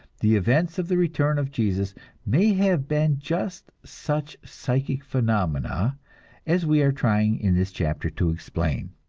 the events of the return of jesus may have been just such psychic phenomena as we are trying in this chapter to explain.